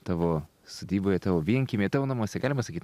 tavo sodyboje tavo vienkiemyje tavo namuose galima sakyt